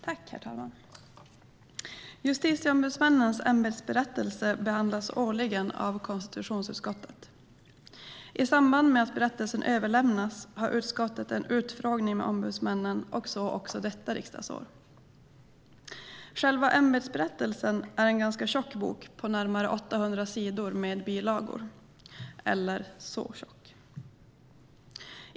Herr talman! Justitieombudsmännens ämbetsberättelse behandlas årligen av konstitutionsutskottet. I samband med att berättelsen överlämnas håller utskottet en utfrågning med ombudsmännen, så också detta riksdagsår. Själva ämbetsberättelsen är en ganska tjock bok, närmare 800 sidor med bilagor.